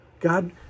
God